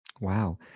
Wow